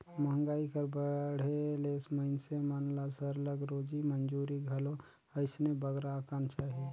मंहगाई कर बढ़े ले मइनसे मन ल सरलग रोजी मंजूरी घलो अइसने बगरा अकन चाही